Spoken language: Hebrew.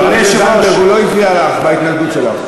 חברת הכנסת זנדברג, הוא לא הפריע לך בהתנגדות שלך.